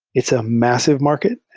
it's a massive market.